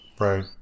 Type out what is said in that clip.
Right